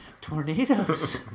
tornadoes